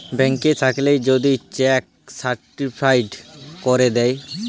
bank থ্যাইকে যদি cheque certified ক্যইরে দ্যায়